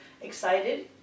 excited